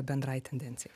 bendrai tendencijai